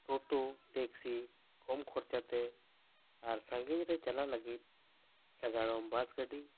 ᱴᱳᱴᱳ taxi ᱠᱚᱢ ᱠᱷᱚᱨᱪᱟᱛᱮ ᱟᱨ ᱥᱟ ᱜᱤᱧ ᱨᱮ ᱪᱟᱞᱟᱜ ᱞᱟᱹᱜᱤᱫ ᱥᱟᱜᱟᱲᱚᱢ ᱵᱟᱥ ᱜᱟᱹᱰᱤ